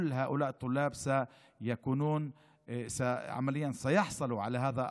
כל הסטודנטים האלו יקבלו את ההנחה הזאת,